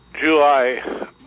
July